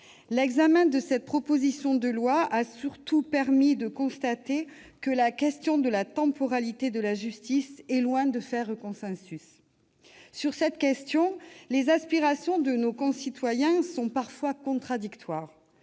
l'examen de cette proposition de loi a surtout permis de constater que la question de la temporalité de la justice est loin de faire consensus. En la matière, les aspirations de nos concitoyens sont parfois contradictoires.